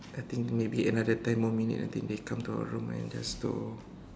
I think maybe another ten more minute I think they come to our room and just to